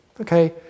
Okay